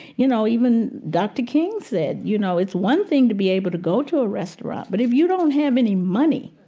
you know, even dr. king said, you know, it's one thing to be able to go to a restaurant but if you don't have any money